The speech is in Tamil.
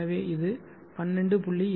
எனவே இது 12